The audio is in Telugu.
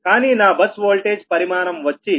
కానీ నా బస్ వోల్టేజ్ పరిమాణం వచ్చి 1